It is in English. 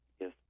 Yes